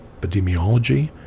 epidemiology